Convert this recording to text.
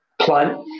plant